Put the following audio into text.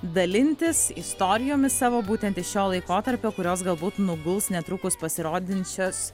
dalintis istorijomis savo būtent iš šio laikotarpio kurios galbūt nuguls netrukus pasirodinčios